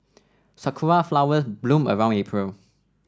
sakura flowers bloom around April